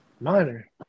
Minor